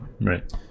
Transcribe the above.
right